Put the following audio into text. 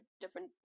different